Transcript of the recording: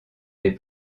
des